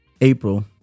april